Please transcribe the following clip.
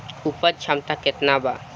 उपज क्षमता केतना वा?